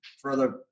further